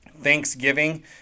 Thanksgiving